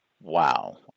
wow